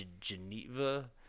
Geneva